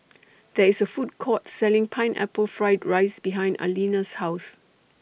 There IS A Food Court Selling Pineapple Fried Rice behind Alina's House